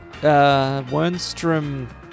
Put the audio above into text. Wernstrom